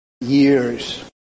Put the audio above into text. years